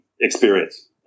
experience